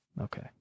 Okay